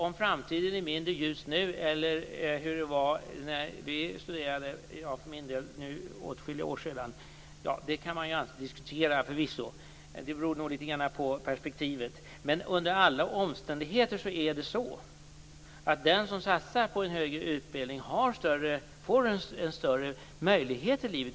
Om framtiden är mindre ljus nu än när vi studerade - för min del är det nu åtskilliga år sedan - kan man förvisso alltid diskutera. Det beror nog litet grand på perspektivet. Men under alla omständigheter är det så att den som satsar på en högre utbildning får en större möjlighet i livet.